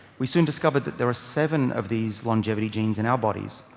we soon discovered that there are seven of these longevity genes in our bodies.